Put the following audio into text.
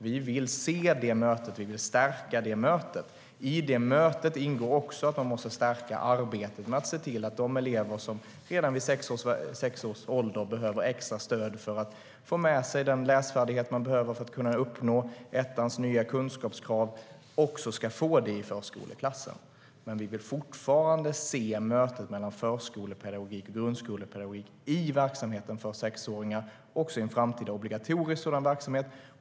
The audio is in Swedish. Vi vill se och stärka det mötet. STYLEREF Kantrubrik \* MERGEFORMAT Svar på interpellationerVi vill dock fortfarande se mötet mellan förskolepedagogiken och grundskolepedagogiken i verksamheten för sexåringar i en sådan framtida obligatorisk verksamhet.